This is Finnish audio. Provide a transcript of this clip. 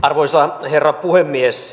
arvoisa herra puhemies